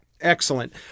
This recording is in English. Excellent